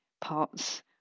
parts